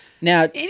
Now